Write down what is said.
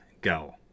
go